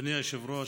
אדוני היושב-ראש,